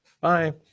Bye